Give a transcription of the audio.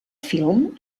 film